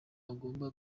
agomba